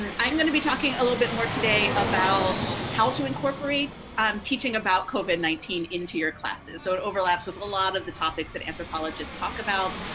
and i'm going to be talking a little bit more today about how to incorporate um teaching about covid nineteen into your classes. so it overlaps with a lot of the topics that anthropologists talk about.